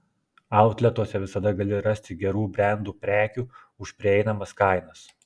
autletuose visada gali rasti gerų brendų prekių už prieinamas kainas